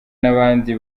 n’abandi